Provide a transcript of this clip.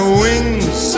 wings